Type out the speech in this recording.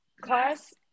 class